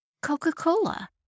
Coca-Cola